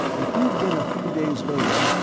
if you'd been a few days later,